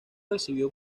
recibió